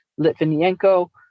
Litvinenko